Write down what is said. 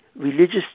religious